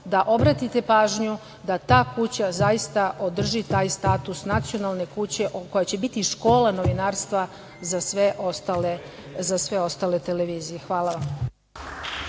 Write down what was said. da obratite pažnju da ta kuća zaista održi taj status nacionalne kuće, koja će biti škola novinarstva za sve ostale televizije. Hvala vam.